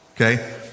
Okay